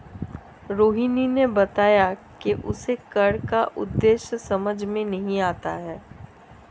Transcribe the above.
रोहिणी ने बताया कि उसे कर का उद्देश्य समझ में नहीं आता है